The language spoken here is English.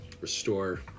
restore